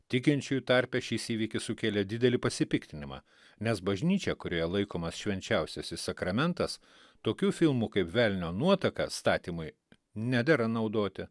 tikinčiųjų tarpe šis įvykis sukėlė didelį pasipiktinimą nes bažnyčia kurioje laikomas švenčiausiasis sakramentas tokių filmų kaip velnio nuotaka statymui nedera naudoti